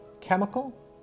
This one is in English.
chemical